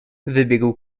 wybiegł